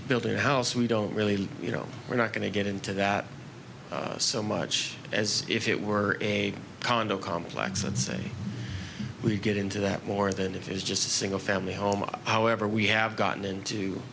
build a house we don't really you know we're not going to get into that so much as if it were a condo complex and say we get into that more than it is just a single family home however we have gotten into